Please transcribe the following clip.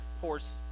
horse